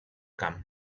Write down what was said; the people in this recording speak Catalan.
camp